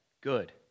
good